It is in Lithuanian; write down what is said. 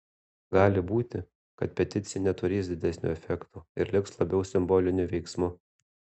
gali būti kad peticija neturės didesnio efekto ir liks labiau simboliniu veiksmu